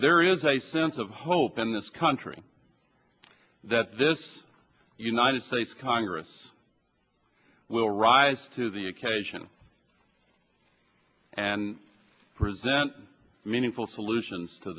there is a sense of hope in this country that this united states congress will rise to the occasion and present meaningful solutions to